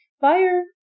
Fire